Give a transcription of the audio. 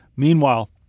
Meanwhile